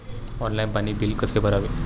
Online पाणी bill कसे भरावे?